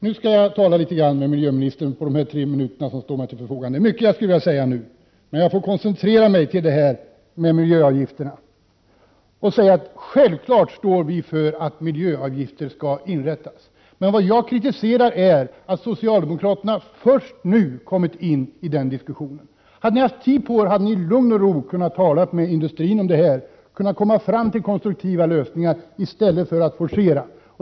Nu skall jag tala litet med miljöministern på de tre minuter som står till mitt förfogande. Det är mycket som jag skulle vilja säga, men jag får koncentrera mig till detta med miljöavgifterna. Självfallet står vi för att miljöavgifter skall införas. Men vad jag kritiserar är att socialdemokraterna först nu kommit in i diskussionen om sådana avgifter. Hade ni haft tid på er, hade ni i lugn och ro kunnat tala med industrin om detta, kunnat komma fram till konstruktiva lösningar i stället för att forcera.